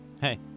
Hey